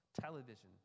television